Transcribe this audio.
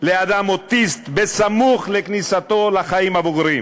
לאדם אוטיסט בסמוך לכניסתו לחיים הבוגרים.